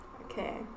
Okay